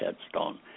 headstone